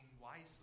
wisely